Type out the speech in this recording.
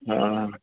हा